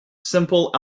simple